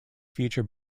feature